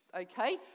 okay